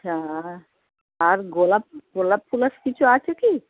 আচ্ছা আর গোলাপ গোলাপ ফলাপ কিছু আছে কি